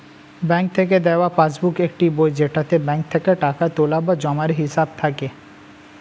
bank থেকে দেওয়া passbook একটি বই যেটাতে ব্যাঙ্ক থেকে টাকা তোলা বা জমার হিসাব থাকে